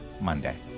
Monday